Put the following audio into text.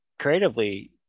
creatively